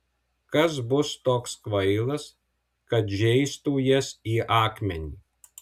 kas bus toks kvailas kad žeistų jas į akmenį